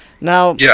Now